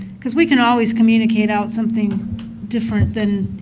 because we can always communicate out something different than,